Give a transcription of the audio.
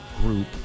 group